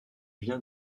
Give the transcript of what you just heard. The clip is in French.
vient